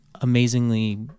amazingly